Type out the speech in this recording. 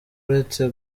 uretse